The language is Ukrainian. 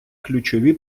ключові